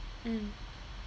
mm